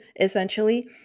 essentially